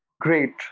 Great